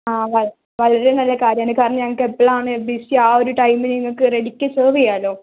ആ അതെ വളരെ നല്ല കാര്യമാണ് കാരണം ഞങ്ങൾക്ക് എപ്പോഴാണ് ബി സി ആ ഒരു ടൈമിന് നിങ്ങൾക്ക് റെഡിക്ക് സെർവ്വ് ചെയ്യാമല്ലോ